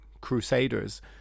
Crusaders